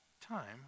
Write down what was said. time